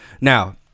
now